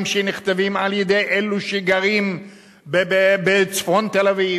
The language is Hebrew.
שנכתבים על-ידי אלו שגרים בצפון תל-אביב.